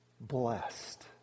blessed